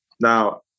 Now